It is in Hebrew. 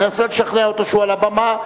ננסה לשכנע אותו כשהוא על הבמה.